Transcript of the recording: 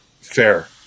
Fair